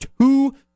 two